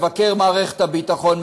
מבקר מערכת הביטחון,